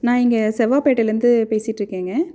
நான் இங்கே செவ்வாப்பேட்டையில இருந்து பேசிகிட்டு இருக்கேங்க